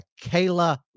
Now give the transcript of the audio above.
Kayla